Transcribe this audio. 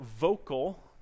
vocal